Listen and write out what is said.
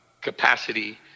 capacity